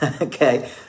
okay